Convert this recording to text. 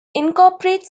incorporates